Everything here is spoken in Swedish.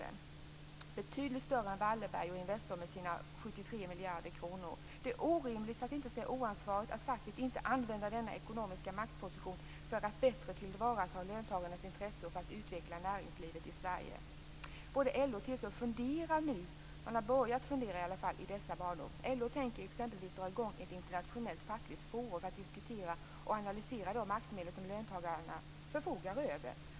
De är betydligt större än Wallenberg och Investor med sina 73 miljarder kronor. Det är orimligt, för att inte säga oansvarigt, att facket inte använder denna ekonomiska maktposition för att bättre tillvarata löntagarnas intressen och för att utveckla näringslivet i Sverige. Både LO och TCO har nu börjat fundera i dessa banor. LO tänker exempelvis dra i gång ett internationellt fackligt forum för att diskutera och analysera de maktmedel som löntagarna förfogar över.